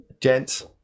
gents